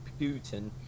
Putin